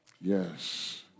Yes